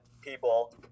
people